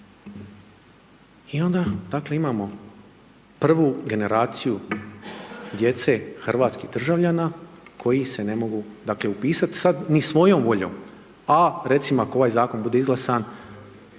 dakle imamo prvu generaciju djece hrvatskih državljana koji se ne mogu dakle upisati sad ni svojom voljom a recimo ako ovaj zakon bude izglasan